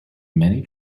many